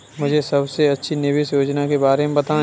मुझे सबसे अच्छी निवेश योजना के बारे में बताएँ?